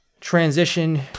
transition